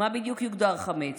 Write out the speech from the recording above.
מה בדיוק יוגדר חמץ?